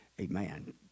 Amen